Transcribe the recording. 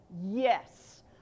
yes